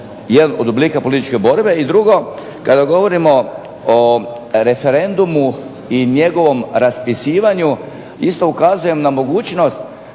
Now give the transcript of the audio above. jedan od oblika političke borbe. I drugo, kada govorimo o referendumu i njegovom raspisivanju isto ukazujem na mogućnost